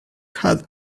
had